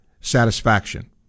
satisfaction